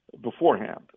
beforehand